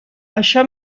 això